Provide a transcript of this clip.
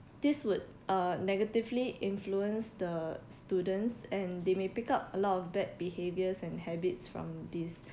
these would uh negatively influence the students and they may pick up a lot of bad behaviours and habits from these